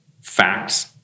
facts